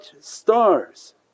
stars